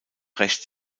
recht